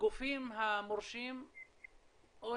הגופים המורשים או